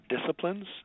disciplines